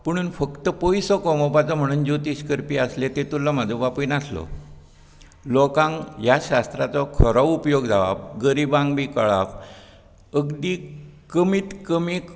पुणून फक्त पयसो कमोवपाचो म्हुणून ज्योतीश करपी आसले तेतूलो म्हजो बापूय नासलो लोकांक ह्या शास्त्राचो खरो उपयोग जावप गरिबांकबी कळप अगदी कमीत कमीक